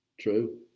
True